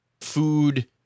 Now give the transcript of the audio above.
food